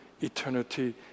eternity